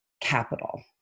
Capital